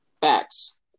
facts